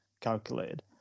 calculated